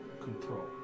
control